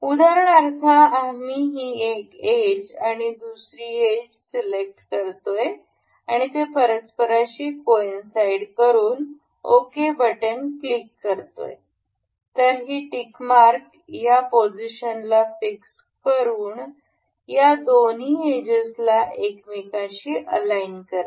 उदाहरणार्थ आम्ही ही एक एज आणि ही दुसरी एज सिलेक्ट करतोय आणि ते परस्पराशी कॉइंसाईड करून ओके बटन क्लिक करतोय तर ही टिक मार्क या पोझिशनला फिक्स करून या दोन्ही एजेसला एकमेकाशी अलाईन करते